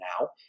now